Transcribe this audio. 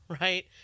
right